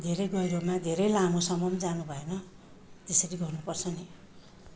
धेरै गहिरोमा धेरै लामोसम्म पनि जानु भएन त्यसरी गर्नु पर्छ नि